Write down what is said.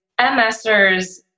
MSers